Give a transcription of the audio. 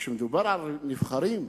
כשמדובר על נבחרים,